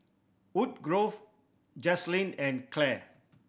Wood Grove Jaslyn and Clair